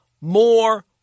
more